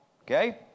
okay